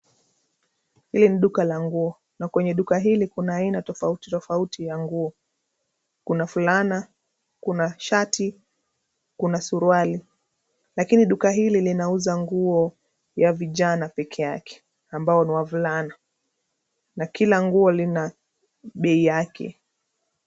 Hili ni duka la nguo, na kwenye duka hili kuna aina tofauti tofauti ya nguo. Kuna fulana, kuna shati, kuna suruali. Lakini duka hili linauza nguo ya vijana pekee yake, ambao ni wavulana, na kila nguo lina bei yake.